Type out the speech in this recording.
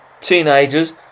teenagers